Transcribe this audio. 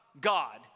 God